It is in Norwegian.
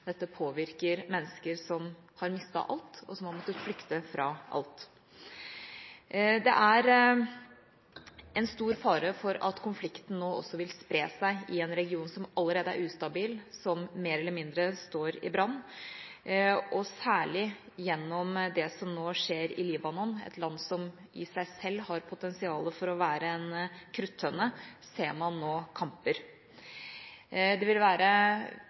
dette påvirker mennesker som har mistet alt, og som har måttet flykte fra alt. Det er en stor fare for at konflikten også vil spre seg i en region som allerede er ustabil, som mer eller mindre står i brann, og særlig gjennom det som nå skjer i Libanon, et land som i seg selv har potensial for å være en kruttønne, der man nå ser kamper. Det vil være